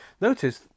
Notice